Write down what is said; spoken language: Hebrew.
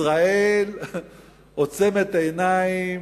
ישראל עוצמת עיניים.